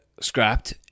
scrapped